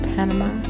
Panama